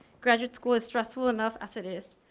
graduate school is stressful enough as it is.